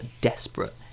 desperate